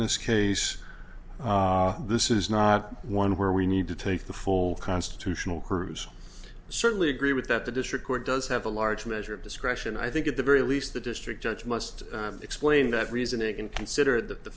this case this is not one where we need to take the full constitutional kruse certainly agree with that the district court does have a large measure of discretion i think at the very least the district judge must explain that reasoning and consider th